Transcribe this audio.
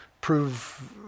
prove